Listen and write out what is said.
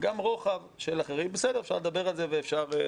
גם רוחב של אחרים, בסדר, אפשר לדבר על זה וכולי.